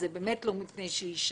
אז זה באמת לא מפני שהיא אישה.